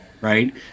right